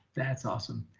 that's awesome.